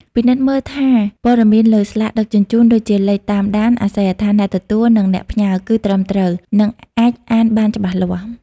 ពិនិត្យមើលថាព័ត៌មានលើស្លាកដឹកជញ្ជូន ដូចជាលេខតាមដាន អាសយដ្ឋានអ្នកទទួល និងអ្នកផ្ញើ គឺត្រឹមត្រូវ និងអាចអានបានច្បាស់លាស់។